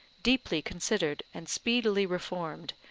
deeply considered and speedily reformed,